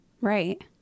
Right